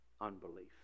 unbelief